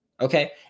Okay